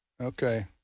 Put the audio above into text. Okay